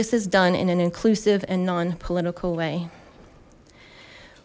this is done in an inclusive and non political way